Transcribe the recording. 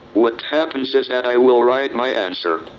what happens is that i will write my answer.